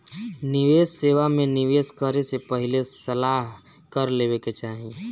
निवेश सेवा में निवेश करे से पहिले सलाह कर लेवे के चाही